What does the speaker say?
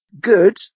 good